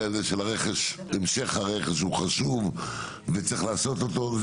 הזה של המשך הרכש הוא חשוב וצריך לעשות אותו,